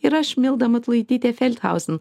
ir aš milda matulaitytė feldhausen